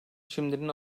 şimdiden